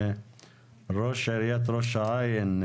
ראש עיריית ראש העין,